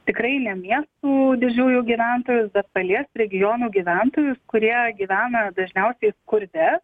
tikrai ne miestų didžiųjų gyventojus bet dalies regionų gyventojus kurie gyvena dažniausiai skurde